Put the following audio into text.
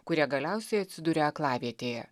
kurie galiausiai atsiduria aklavietėje